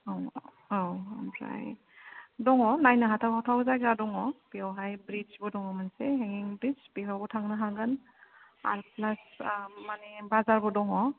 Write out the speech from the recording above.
औ औ ओमफ्राय दङ नायनो हाथाव हाथाव जायगा दङ बेयावहाय ब्रिज बो दङ मोनसे हैंगिंग ब्रिज बेयावबो थांनो हागोन आरो फ्लास माने बाजारबो दङ